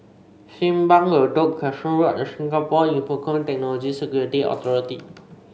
Simpang Bedok Crescent Road and Singapore Infocomm Technology Security Authority